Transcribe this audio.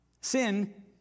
Sin